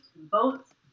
votes